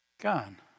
gone